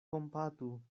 kompatu